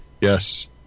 Yes